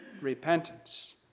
repentance